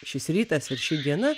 šis rytas ir ši diena